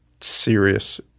serious